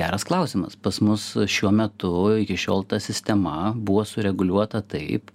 geras klausimas pas mus šiuo metu iki šiol ta sistema buvo sureguliuota taip